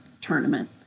tournament